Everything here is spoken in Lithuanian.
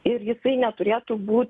ir jisai neturėtų būt